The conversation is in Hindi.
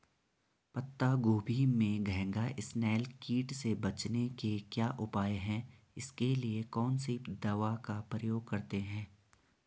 पत्ता गोभी में घैंघा इसनैल कीट से बचने के क्या उपाय हैं इसके लिए कौन सी दवा का प्रयोग करते हैं?